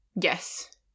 Yes